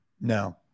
No